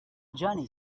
johnny